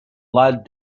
lied